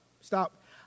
stop